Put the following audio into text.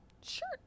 Sure